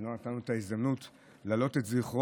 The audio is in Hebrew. הם לא נתנו את ההזדמנות להעלות את זכרו.